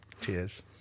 Cheers